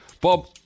Bob